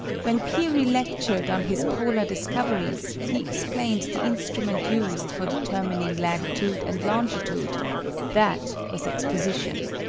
when peary lectured on his polar discoveries he explained the instruments used for determining latitude and longitude that was exposition.